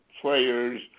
players